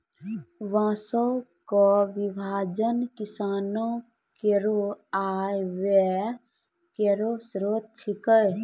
बांसों क विभाजन किसानो केरो आय व्यय केरो स्रोत छिकै